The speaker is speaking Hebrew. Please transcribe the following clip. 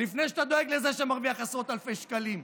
לפני שאתה דואג לזה שמרוויח עשרות אלפי שקלים.